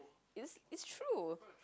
it's it's true